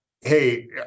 hey